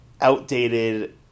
outdated